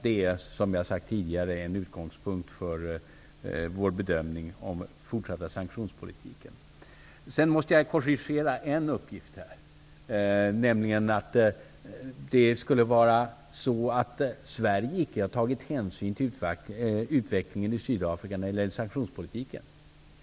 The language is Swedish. Det är, som jag har sagt tidigare, en utgångspunkt för vår bedömning om den fortsatta sanktionspolitiken. Jag måste korrigera en uppgift, nämligen att Sverige inte skulle ha tagit hänsyn till utvecklingen i Sydafrika när det gäller sanktionspolitiken.